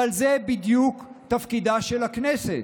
אבל זה בדיוק תפקידה של הכנסת,